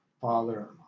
father